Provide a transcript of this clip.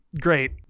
great